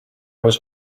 was